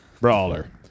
Brawler